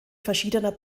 verschiedener